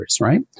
right